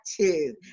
two